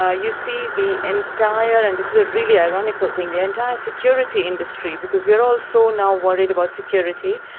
ah you see the entire and this is the really ironical thing the entire security industry, because we're all so now worried about security,